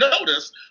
notice